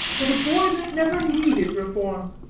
but a boy that never needed reform.